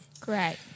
Great